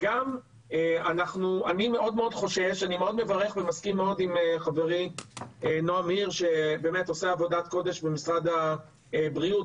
אני מסכים מאוד עם חברי נעם הירש שבאמת עושה עבודת קודש במשרד הבריאות.